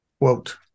Quote